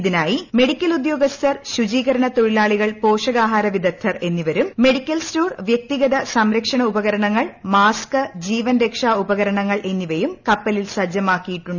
ഇതിനായി മെഡിക്കൽ ഉദ്യോഗസ്ഥർ ശുചീകരണ തൊഴിലാളികൾ പോഷകാഹാര വിദഗ്ദ്ധർ എന്നിവരും മെഡിക്കൽ സ്റ്റോർ വൃക്തിഗത സംരക്ഷണ ഉപകരണങ്ങൾ മാസ്ക് ജീവൻ രക്ഷാട് ഉപ്ക്കരണങ്ങൾ എന്നിവയും കപ്പലിൽ സജ്ജമാക്കിയിട്ടുണ്ട്